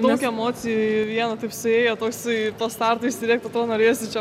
daug emocijų į vieną taip suėjo toksai po starto išsirėkt atrodo norėjosi čia